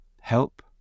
Help